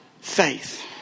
faith